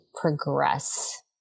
progress